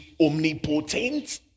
omnipotent